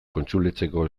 kontsuletxeko